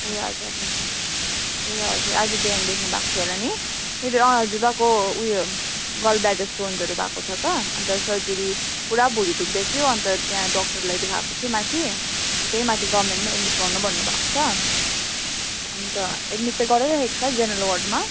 ए हजुर हजुर ए हजुर आज बिहान देख्नु भएको थियो होला नि मेरो हजुरबाको ऊ यो गलब्लाडर स्टोन्सहरू भएको छ अन्त सर्जरी पुरा भुँडी दुख्दैथ्यो अन्त त्यहाँ डक्टरलाई देखाएको थिएँ माथि अनि त्यही माथि गभर्नमेन्टमै एडमिट गर्नु भएको छ अन्त एडमिट त गराइराखेको छ जेनेरल वार्डमा